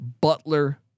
Butler